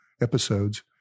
episodes